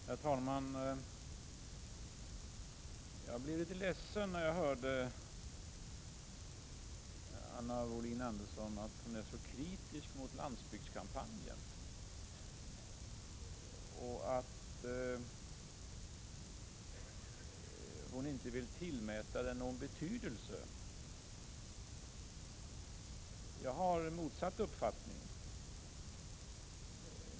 Herr talman! Jag blev litet ledsen när jag hörde att Anna Wohlin Andersson är så kritisk mot landsbygdskampanjen och att hon inte vill tillmäta den någon betydelse. Jag har motsatt uppfattning.